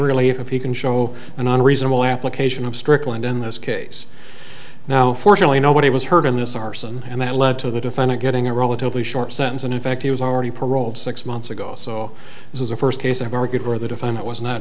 really if you can show an unreasonable application of strickland in this case now fortunately nobody was hurt in this arson and that led to the defendant getting a relatively short sentence and in fact he was already paroled six months ago so this is a first case a very good for the defendant was not